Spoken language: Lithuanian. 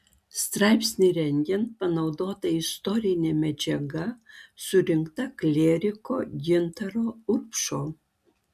straipsnį rengiant panaudota istorinė medžiaga surinkta klieriko gintaro urbšo